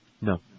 No